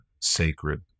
sacred